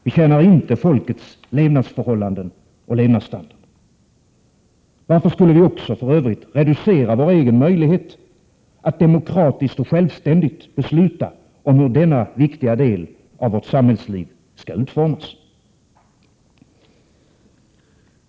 Det tjänar inte folkets levnadsförhållanden och levnadsstandard. Varför skulle vi reducera vår egen möjlighet att demokratiskt och självständigt besluta om hur denna viktiga del av vårt samhällsliv skall utformas?